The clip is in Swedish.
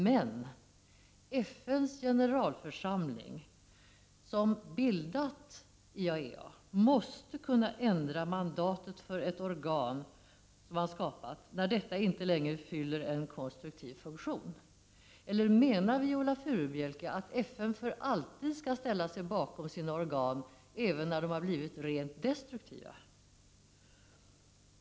Men FN:s generalförsamling, som bildat IAEA, måste kunna ändra mandatet för ett organ som man har skapat när detta inte längre fyller en konstruktiv funktion. Eller menar Viola Furubjelke att FN för alltid skall ställa sig bakom sina organ, även när de blivit rent destruktiva?